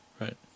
Right